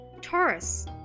taurus